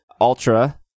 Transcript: Ultra